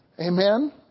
Amen